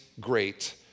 Great